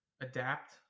adapt